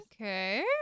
Okay